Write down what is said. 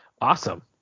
Awesome